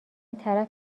طرف